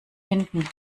finden